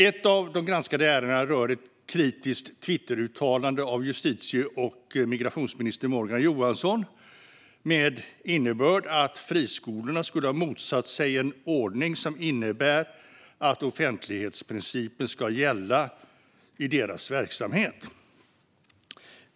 Ett av de granskade ärendena rör ett kritiskt Twitteruttalande av justitie och migrationsminister Morgan Johansson med innebörd att friskolorna skulle ha motsatt sig en ordning som innebär att offentlighetsprincipen ska gälla i deras verksamhet.